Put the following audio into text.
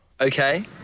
Okay